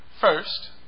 first